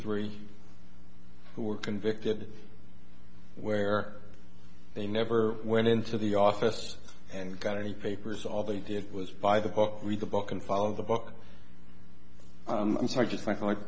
three who were convicted where they never went into the office and got any papers all they did was buy the book read the book and follow the book i'm sorry just like